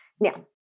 Now